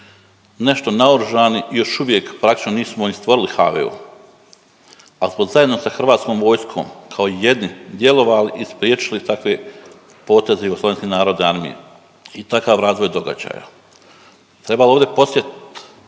nešto naoružani, još uvijek praktički nismo ni stvorili HVO. Ali smo zajedno sa hrvatskom vojskom kao jedni djelovali i spriječili takve poteze JNA i takav razvoj događaja. Treba ovdje podsjetiti